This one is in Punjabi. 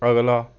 ਅਗਲਾ